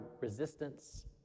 resistance